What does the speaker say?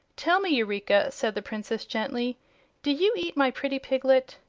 tell me, eureka, said the princess, gently did you eat my pretty piglet?